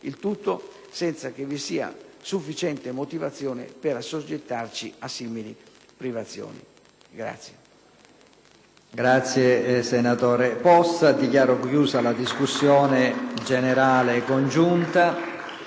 Il tutto senza che vi sia sufficiente motivazione per assoggettarci a simili privazioni.